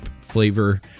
flavor